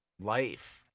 life